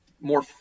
more